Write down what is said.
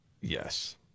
yes